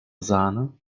sahne